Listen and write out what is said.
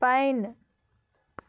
pine